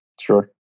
Sure